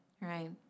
Right